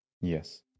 yes